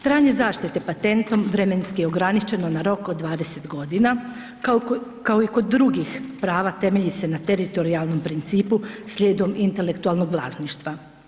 Trajanje zaštite patentom vremenski je ograničeno na rok od 20 godina, kao i kod drugih prava temelji se na teritorijalnom principu slijedom intelektualnog vlasništva.